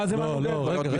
לא, לא, לא.